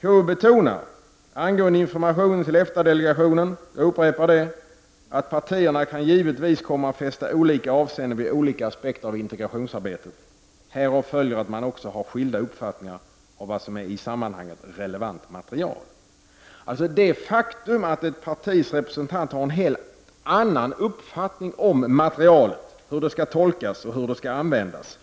KU betonar angående informationen till EFTA delegationen — jag upprepar det: ”Partierna kan givetvis komma att fästa olika avseende vid olika aspekter av integrationsarbetet. Härav följer att man också kan ha skilda uppfattningar om vad som är i sammanhanget relevant material.” Det faktum att ett partis representanter har en helt annan uppfattning än regeringen om materialet, hur det skall tolkas och hur det skall användas,